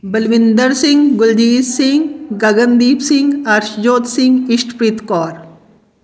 Balwinder Singh Baljit Singh Gagandeep Singh Arshjot Singh Ishtpreet Kaur